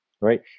right